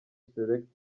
select